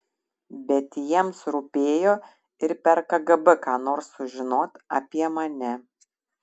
bet jiems rūpėjo ir per kgb ką nors sužinot apie mane